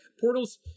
portals